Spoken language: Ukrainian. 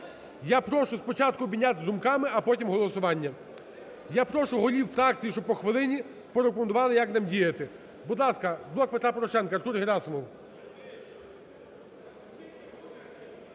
Я прошу спочатку обмінятися думками, а потім голосування. Я прошу голів фракції, щоб по хвилині порекомендували, як нам діяти. Будь ласка, "Блок Петра Порошенка", Артур Герасимов.